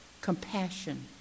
compassion